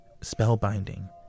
spellbinding